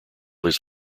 his